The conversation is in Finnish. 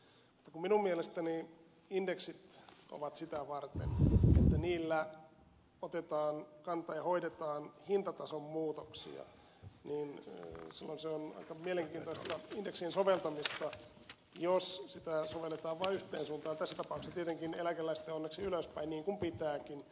mutta kun minun mielestäni indeksit ovat sitä varten että niillä otetaan kantaa ja hoidetaan hintatason muutoksia niin silloin se on aika mielenkiintoista indeksin soveltamista jos sitä sovelletaan vain yhteen suuntaan tässä tapauksessa tietenkin eläkeläisten onneksi ylöspäin niin kuin pitääkin